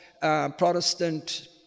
Protestant